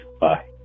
Bye